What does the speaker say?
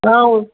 ऐं